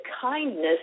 kindness